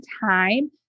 time